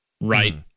Right